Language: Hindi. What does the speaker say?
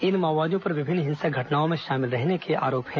इन माओवादियों पर विभिन्न हिंसक घटनाओं में शामिल रहने के आरोप है